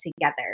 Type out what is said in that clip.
together